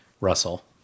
Russell